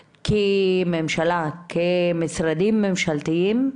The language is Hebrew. כממשלה, כמשרדים ממשלתיים,